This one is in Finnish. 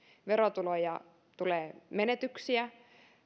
verotuloihin tulee menetyksiä